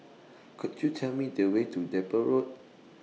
Could YOU Tell Me The Way to Depot Road